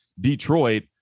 Detroit